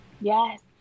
Yes